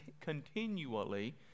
continually